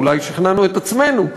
אולי שכנענו את עצמנו,